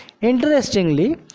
Interestingly